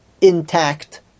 intact